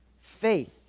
faith